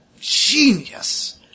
Genius